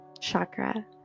chakra